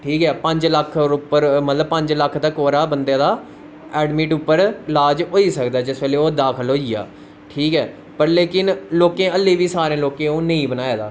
ठीक ऐ पंज लक्ख उप्पर मतलब पंज लक्ख पर उ'दा बंदे दा एडमिट उप्पर लाज होई सकदा जिस बेल्ले ओह् दाखल होई आ ठीक ऐ लेकिन लोकें अलले बी सारें लोकें नेई बनाये दा